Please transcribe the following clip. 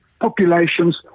populations